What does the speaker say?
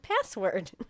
password